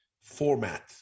format